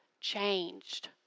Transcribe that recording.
changed